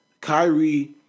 Kyrie